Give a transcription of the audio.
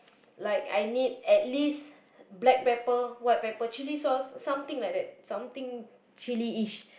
like I need at least black pepper white pepper chilli sauce something like that something chilli-ish